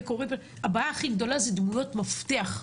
הבעיה הכי גדולה זה דמויות מפתח,